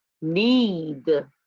need